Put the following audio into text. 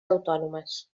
autònomes